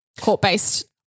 court-based